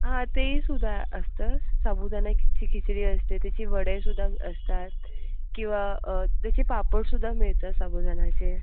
हां तेही सुद्धा असतं साबुदाण्याची खिचडी असते तिची वडे सुद्धा असतात किंवा त्याची पापड सुद्धा मिळतात साबुदाण्याचे